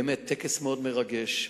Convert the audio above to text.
באמת טקס מאוד מרגש,